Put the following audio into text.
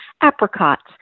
apricots